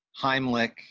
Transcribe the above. Heimlich